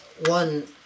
One